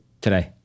Today